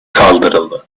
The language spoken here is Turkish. kaldırıldı